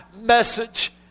message